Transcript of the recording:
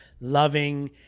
loving